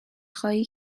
خواهی